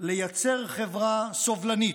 לייצר חברה סובלנית,